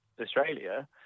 Australia